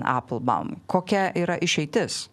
eplbaum kokia yra išeitis